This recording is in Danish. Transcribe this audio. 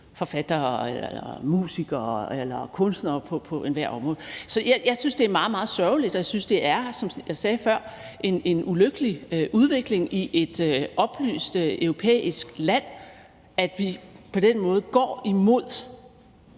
forfattere, musikere eller kunstnere på ethvert område. Så jeg synes, det er meget, meget sørgeligt, og jeg synes, det er, som jeg sagde før, en ulykkelig udvikling i et oplyst europæisk land, at vi på den måde går imod